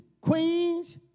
queens